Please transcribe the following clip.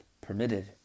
permitted